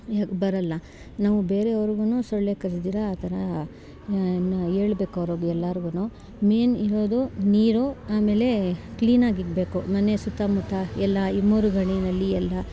ಬರೋಲ್ಲ ನಾವು ಬೇರೆಯವ್ರಿಗುನೂ ಸೊಳ್ಳೆ ಕಚ್ಚದಿರೋ ಆ ಥರ ಹೇಳ್ಬೇಕು ಅವರ್ಗೆಲ್ಲಾರ್ಗುನೂ ಮೇನ್ ಇರೋದು ನೀರು ಆಮೇಲೆ ಕ್ಲೀನಾಗಿಡ್ಬೇಕು ಮನೆ ಸುತ್ತ ಮುತ್ತ ಎಲ್ಲ ಈ ಮೋರಿಗಳು ನಲ್ಲಿ ಎಲ್ಲ